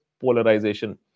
polarization